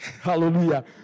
Hallelujah